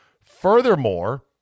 Furthermore